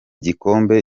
gikombe